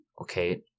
okay